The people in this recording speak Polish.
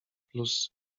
plus